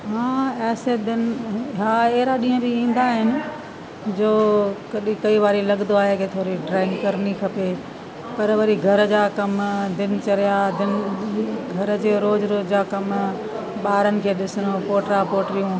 हा ऐसे दिन हा अहिड़ा ॾींहं बि ईंदा आहिनि जो कॾहिं कई वारी लॻंदो आहे कि थोरी ड्रॉइंग करिणी खपे पर वरी घर जा कम दिनचर्या घर जे रोज़ रोज़ जा कम ॿारनि खे ॾिसणो पोटा पोटियूं